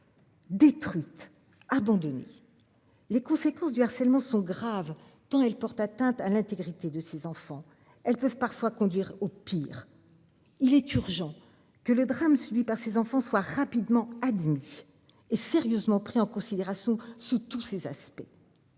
Détruite abandonner. Les conséquences du harcèlement sont graves, tant elle porte atteinte à l'intégrité de ses enfants, elles peuvent parfois conduire au pire. Il est urgent que le drame subi par ses enfants soient rapidement admis et sérieusement pris en considération sous tous ses aspects.